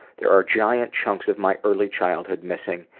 there are giants chunks of my early childhood missing,